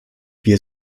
wir